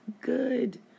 good